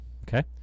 okay